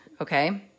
okay